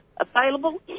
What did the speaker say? available